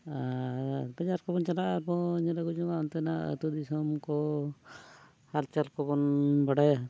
ᱟᱨ ᱵᱟᱡᱟᱨ ᱠᱚᱵᱚᱱ ᱪᱟᱞᱟᱜᱼᱟ ᱟᱨᱵᱚᱱ ᱧᱮᱞ ᱟᱹᱜᱩ ᱡᱚᱝᱼᱟ ᱚᱱᱛᱮᱱᱟᱜ ᱟᱹᱛᱩ ᱫᱤᱥᱚᱢ ᱠᱚ ᱦᱟᱞᱪᱟᱞ ᱠᱚᱵᱚᱱ ᱵᱟᱰᱟᱭᱟ